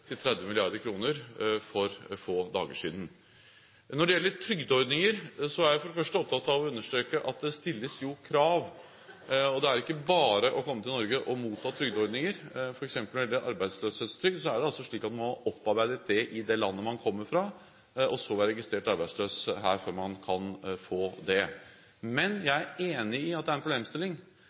til 30 mrd. kr for få dager siden. Når det gjelder trygdeordninger, er jeg for det første opptatt av å understreke at det stilles krav – det er ikke bare å komme til Norge og motta trygdeordninger. Når det f.eks. gjelder arbeidsløshetstrygd, er det slik at man må ha opparbeidet det i det landet man kommer fra, og så bli registrert arbeidsløs her før man kan få det. Men jeg er enig i at det er en problemstilling,